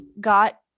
got